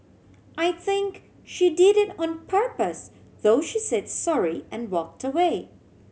I think she did it on purpose though she said sorry and walked away